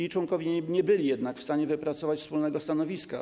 Jej członkowie nie byli jednak w stanie wypracować wspólnego stanowiska.